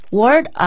word